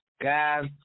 guys